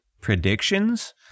predictions